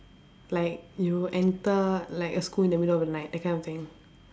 like you enter like a school in the middle of the night that kind of thing